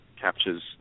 captures